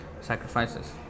sacrifices